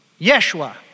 yeshua